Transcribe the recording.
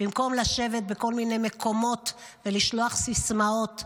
במקום לשבת בכל מיני מקומות ולשלוח סיסמאות.